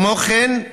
כמו כן,